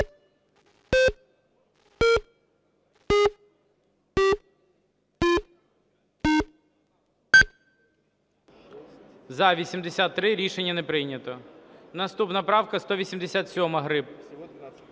За-83 Рішення не прийнято. Наступна правка 187, Гриб. 13:30:06